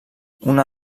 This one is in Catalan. una